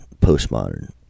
postmodern